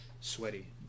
sweaty